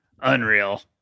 Unreal